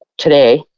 today